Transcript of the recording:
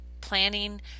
planning